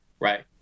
Right